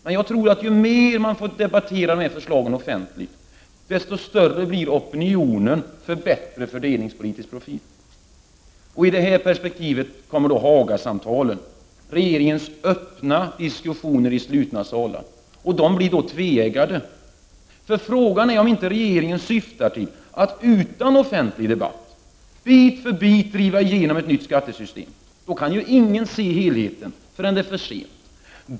Men jag tror att ju mer man får debattera de här förslagen offentligt, desto större blir opinionen för bättre fördelningspolitisk profil. I detta perspektiv kommer Hagasamtalen, regeringens öppna diskussioner i slutna salar, att bli tveeggade. För frågan är om inte regeringen syftar till att utan offentlig debatt, bit för bit, driva igenom ett nytt skattesystem. Då kan ingen se helheten förrän det är för sent.